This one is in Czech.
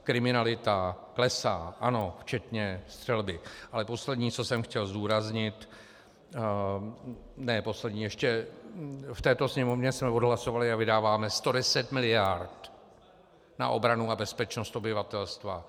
Kriminalita klesá, ano, včetně střelby, ale poslední, co jsem chtěl zdůraznit ne poslední, ještě v této Sněmovně jsme odhlasovali a vydáváme 110 mld. na obranu a bezpečnost obyvatelstva.